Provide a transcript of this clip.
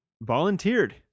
volunteered